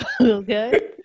Okay